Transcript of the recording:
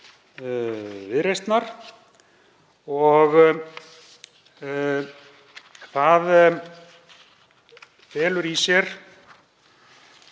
Viðreisnar og felur í sér